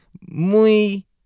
muy